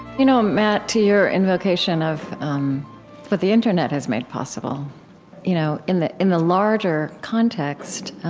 you know matt, to your invocation of what the internet has made possible you know in the in the larger context,